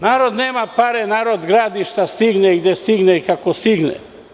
Narod nema pare, narod gradi šta stigne, gde stigne i kako stigne.